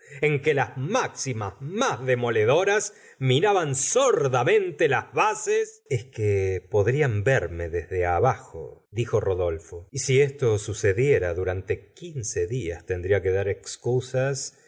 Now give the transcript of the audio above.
en que las máximas más demoledoras minaban sordamente las bases es que podrían verme desde abajo dijo rodolfo y si esto sucediera durante quince días tendría que dar excusas